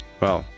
well,